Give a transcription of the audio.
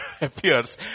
appears